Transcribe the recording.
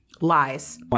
Lies